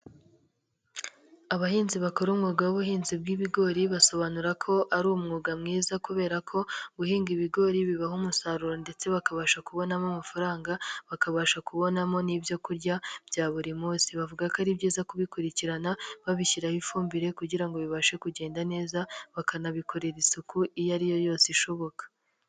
Abahinzi bakora umwuga w'ubuhinzi bw'ibigori basobanura ko ari umwuga mwiza, kubera ko guhinga ibigori bibaha umusaruro ndetse bakabasha kubonamo amafaranga bakabasha kubonamo n'ibyo kurya bya buri munsi, bavuga ko ari byiza kubikurikirana babishyiraho ifumbire kugira ngo bibashe kugenda neza bakanabikorera isuku iyo ari yo yose ishoboka.